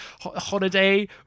holiday